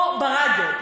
או ברדיו,